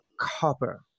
copper